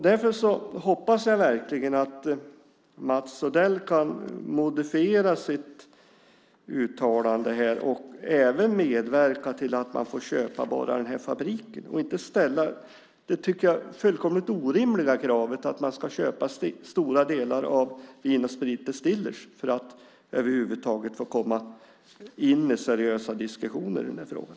Därför hoppas jag verkligen att Mats Odell kan modifiera sitt uttalande och även medverka till att man får köpa bara den här fabriken och inte ställa det fullkomligt orimliga kravet att man ska köpa stora delar av Vin & Sprit Distillers för att över huvud taget förekomma i seriösa diskussioner i frågan.